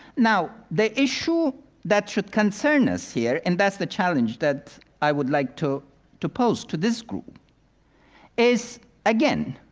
now, the issue that should concern us here and that's the challenge that i would like to to pose to this group is again,